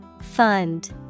Fund